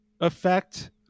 effect